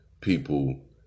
people